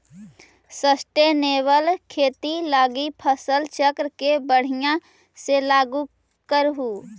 sustainable खेती लागी फसल चक्र के बढ़ियाँ से लागू करहूँ